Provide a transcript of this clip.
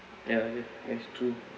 ya that that's true